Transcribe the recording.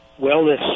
wellness